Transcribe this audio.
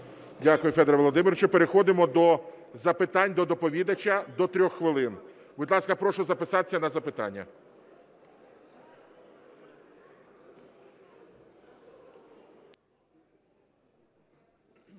Дякую, Федоре Володимировичу. Переходимо до запитань до доповідача, до 3 хвилин. Будь ласка, прошу записатися на запитання.